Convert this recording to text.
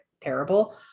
terrible